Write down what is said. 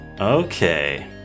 Okay